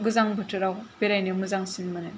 गोजां बोथोराव बेरायनो मोजांसिन मोनो